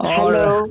Hello